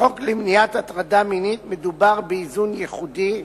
בחוק למניעת הטרדה מינית מדובר באיזון ייחודי,